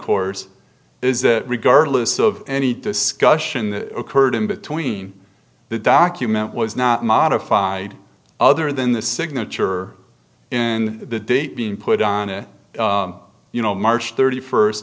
course is that regardless of any discussion that occurred in between the document was not modified other than the signature in the date being put on it you know march thirty first